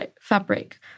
fabric